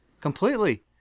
completely